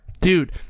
Dude